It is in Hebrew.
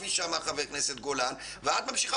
כפי שאמר חבר הכנסת גולן ואת ממשיכה